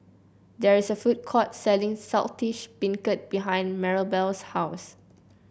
there is a food court selling Saltish Beancurd behind Marybelle's house